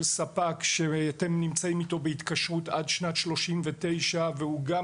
ספק שאתם נמצאים איתו בהתקשרות עד שנת 39' והוא גם